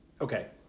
okay